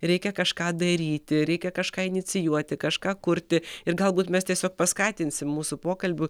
reikia kažką daryti reikia kažką inicijuoti kažką kurti ir galbūt mes tiesiog paskatinsim mūsų pokalbiu